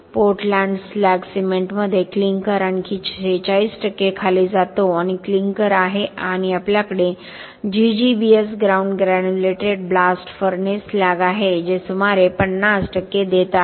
Portland slag सिमेंटमध्ये clinker आणखी 46 खाली जातो आणि क्लिंकर आहे आणि आपल्याकडे GGBS ground granulated blast furnace slag आहे जे सुमारे 50 देत आहे